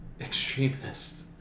extremists